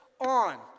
on